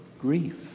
grief